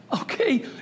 Okay